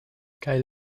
kaj